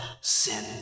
sin